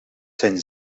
zijn